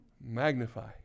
Magnify